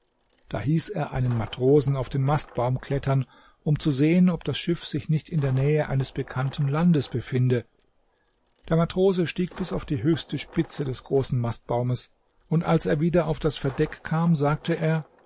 da hieß er einen matrosen auf den mastbaum klettern um zu sehen ob das schiff sich nicht in der nähe eines bekannten landes befinde der matrose stieg bis auf die höchste spitze des großen mastbaumes und als er wieder auf das verdeck kam sagte er